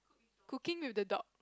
cooking with the dog